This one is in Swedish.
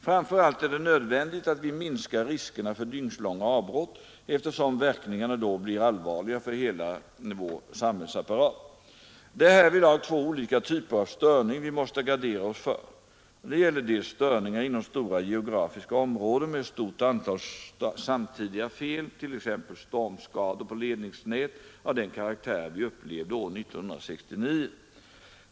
Framför allt är det nödvändigt att vi minskar riskerna för dygnslånga avbrott, eftersom verkningarna då blir allvarliga för hela vår samhällsapparat. Det är härvidlag två olika typer av störning vi måste gardera oss för. Det gäller å ena sidan störningar inom stora geografiska områden med ett stort antal samtidiga fel, t.ex. stormskador på ledningsnät av den karaktär vi upplevde år 1969.